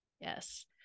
Yes